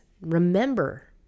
Remember